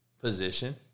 position